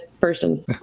person